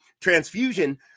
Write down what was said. transfusion